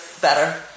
better